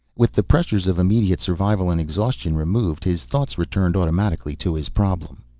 with the pressures of immediate survival and exhaustion removed, his thoughts returned automatically to his problem.